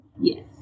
Yes